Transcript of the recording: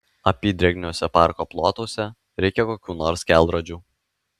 apydrėgniuose parko plotuose reikia kokių nors kelrodžių